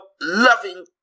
loving